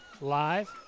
live